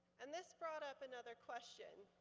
and this brought up another question.